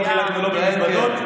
לא חילקנו במזוודות,